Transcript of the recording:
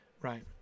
right